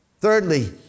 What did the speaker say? Thirdly